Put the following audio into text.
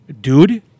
Dude